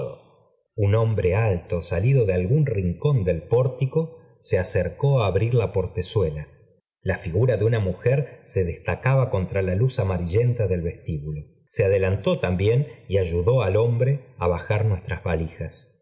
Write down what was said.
un hombre alto salido de algún rincón del pórtico se acercó á abrir la portezuela la figura de una mujer se destacaba contra lá luz amarillenta del vestíbulo so adelantó también y ayudó al hombre á bajar nuestras valijas